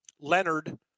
Leonard